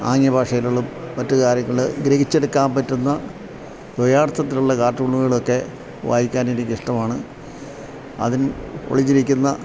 ആംഗ്യഭാഷയിൽളും മറ്റ് കാര്യങ്ങൾ ഗ്രഹിച്ചെടുക്കാൻ പറ്റുന്ന ദ്വയാർത്ഥത്തിലുള്ള കാർട്ടൂണുകളൊക്കെ വായിക്കാനെനിക്കിഷ്ടമാണ് അതിൻ ഒളിഞ്ഞിരിക്കുന്ന